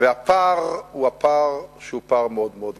והפער הוא פער מאוד מאוד גדול.